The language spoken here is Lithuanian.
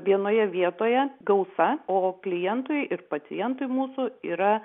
vienoje vietoje gausa o klientui ir pacientui mūsų yra